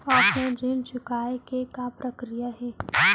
Offline ऋण चुकोय के का प्रक्रिया हे?